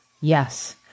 Yes